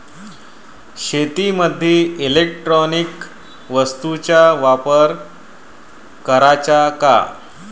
शेतीमंदी इलेक्ट्रॉनिक वस्तूचा वापर कराचा का?